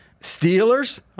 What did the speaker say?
Steelers